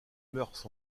mœurs